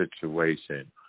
situation